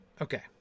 Okay